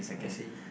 I see